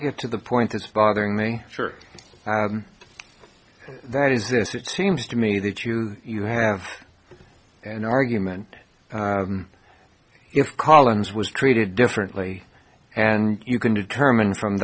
get to the point it's bothering me sure that is this it seems to me that you you have an argument if collins was treated differently and you can determine from